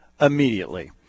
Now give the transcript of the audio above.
immediately